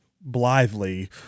blithely